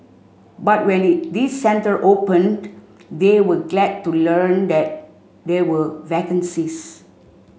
but when the this centre opened they were glad to learn that there were vacancies